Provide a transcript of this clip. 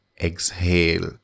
exhale